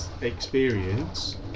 experience